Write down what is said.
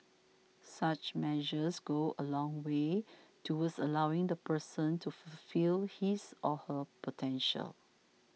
such measures go a long way towards allowing the person to fulfil his or her potential